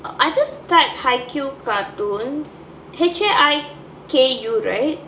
I just typed haikyuu cartoons H A I K Y U U right